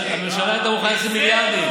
הממשלה הייתה מוכנה לשלם מיליארדים,